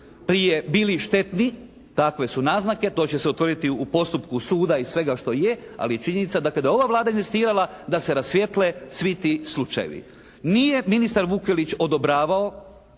prije bili štetni, takve su naznake, to će se utvrditi u postupku suda i svega što je ali je činjenica dakle da je ova Vlada inzistirala da se rasvijetle svi ti slučajevi. Nije ministar Vukelić odobravao,